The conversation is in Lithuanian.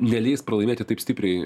neleis pralaimėti taip stipriai